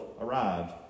arrived